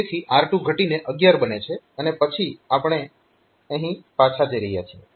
તેથી R2 ઘટીને 11 બને છે અને પછી આપણે અહીં પાછા જઈ રહ્યા છીએ